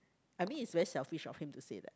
I mean it's very selfish of him to say that